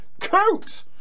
coat